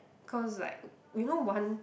cause like uh you know one